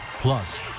Plus